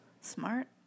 smart